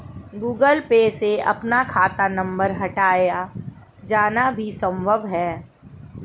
Google Pay से अपना खाता नंबर हटाया जाना भी संभव है